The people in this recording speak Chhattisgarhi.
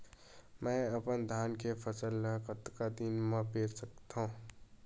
मैं अपन धान के फसल ल कतका दिन म बेच सकथो?